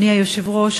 אדוני היושב-ראש,